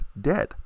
dead